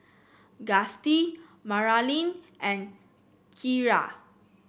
Gustie Maralyn and Kiarra